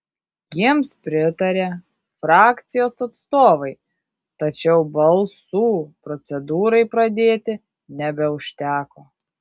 jiems pritarė frakcijos atstovai tačiau balsų procedūrai pradėti nebeužteko